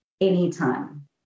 anytime